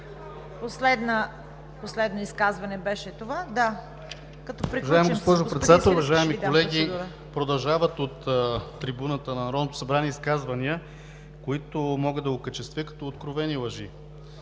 Последно изказване беше това.